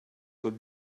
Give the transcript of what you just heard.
would